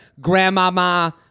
Grandmama